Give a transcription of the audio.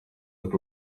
ati